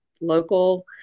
local